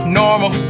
normal